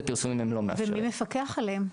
פרסומים הם לא מאפשרים ומי מפקח עליהם,